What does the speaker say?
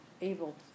able